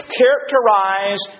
characterize